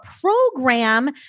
program